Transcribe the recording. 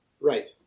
Right